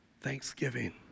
thanksgiving